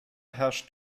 herrscht